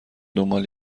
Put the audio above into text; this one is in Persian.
دنبال